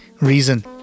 reason